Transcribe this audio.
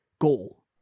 Goal